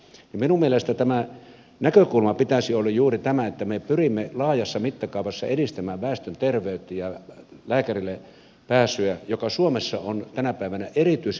minun mielestäni näkökulman pitäisi olla juuri tämä että me pyrimme laajassa mittakaavassa edistämään väestön terveyttä ja lääkärille pääsyä joka suomessa on tänä päivänä erityisen vaikeaa